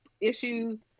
issues